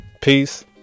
Peace